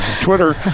Twitter